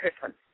person